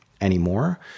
anymore